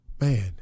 Man